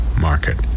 market